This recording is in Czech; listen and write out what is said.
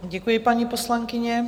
Děkuji, paní poslankyně.